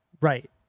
Right